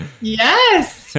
Yes